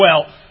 wealth